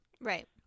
Right